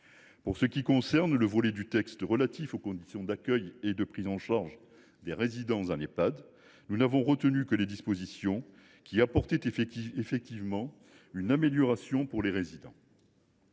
En ce qui concerne le volet du texte relatif aux conditions d’accueil et de prise en charge des résidents en Ehpad, nous n’avons retenu que les dispositions qui apportaient effectivement une amélioration pour les résidents.